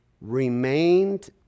remained